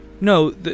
No